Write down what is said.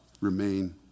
remain